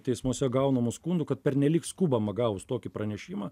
teismuose gaunamų skundų kad pernelyg skubama gavus tokį pranešimą